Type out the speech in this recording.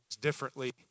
differently